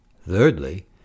Thirdly